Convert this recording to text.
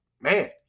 man